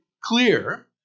clear